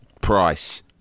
price